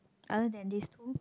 other than these two